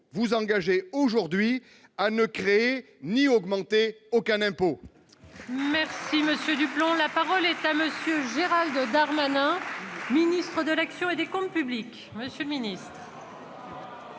vous engager aujourd'hui à ne créer ni augmenter aucun impôt